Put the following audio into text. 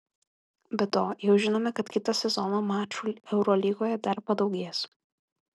be to jau žinome kad kitą sezoną mačų eurolygoje dar padaugės